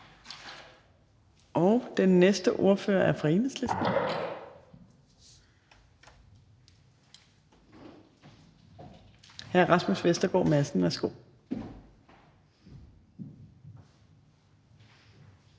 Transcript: Den næste ordfører er fra Enhedslisten. Hr. Rasmus Vestergaard Madsen, værsgo.